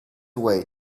away